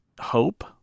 hope